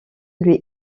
lui